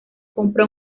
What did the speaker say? compra